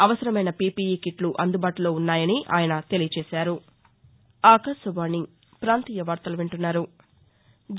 అవసరమైన పీపీఈ కిట్లు అందుబాటులో ఉన్నాయని ఆయన తెలియజేశారు